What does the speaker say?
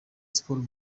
sports